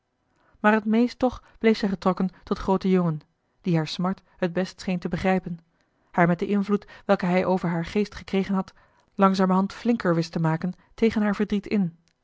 maar het meest toch bleef zij getrokken tot groote jongen die haar smart het best scheen te begrijpen joh h been paddeltje de scheepsjongen van michiel de ruijter haar met den invloed welken hij over haar geest gekregen had langzamerhand flinker wist te maken tegen haar verdriet in